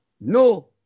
no